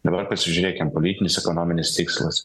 dabar pasižiūrėkim politinis ekonominis tikslas